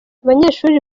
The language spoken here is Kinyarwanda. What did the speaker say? abanyeshuri